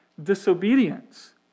disobedience